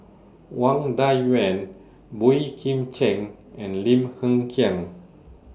Wang Dayuan Boey Kim Cheng and Lim Hng Kiang